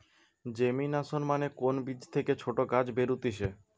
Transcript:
germination মানে কোন বীজ থেকে ছোট গাছ বেরুতিছে